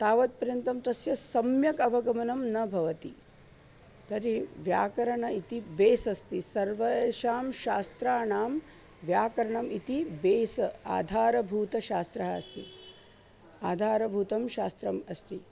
तावत्पर्यन्तं तस्य सम्यक् अवगमनं न भवति तर्हि व्याकरणम् इति बेस् अस्ति सर्वेषां शास्त्राणां व्याकरणम् इति बेस् आधारभूतशास्त्रम् अस्ति आधारभूतं शास्त्रम् अस्ति